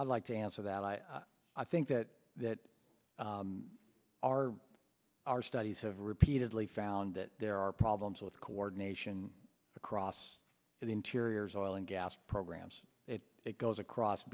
i'd like to answer that i i think that that our our studies have repeatedly found that there are problems with coordination across the interiors of oil and gas programs it goes across